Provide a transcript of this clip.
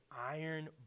iron